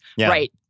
right